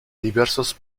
diversos